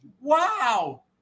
Wow